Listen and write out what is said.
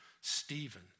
Stephen